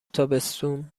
تابستون